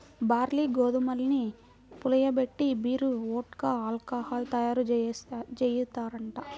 barley, గోధుమల్ని పులియబెట్టి beer, vodka, alcohol తయ్యారుజెయ్యొచ్చంట